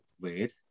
weird